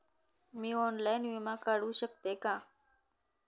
मी online विमा काढू शकते का?